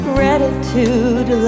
Gratitude